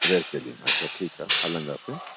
waste Delhi में अच्छा ठीकु आहे हलंदासीं